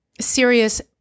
Serious